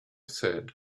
said